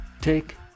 take